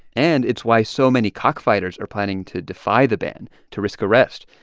and it's why so many cockfighters are planning to defy the ban, to risk arrest.